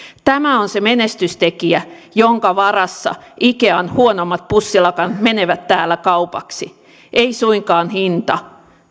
tämä on se menestystekijä jonka varassa ikean huonommat pussilakanat menevät täällä kaupaksi ei suinkaan hinta